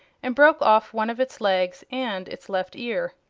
and broke off one of its legs and its left ear.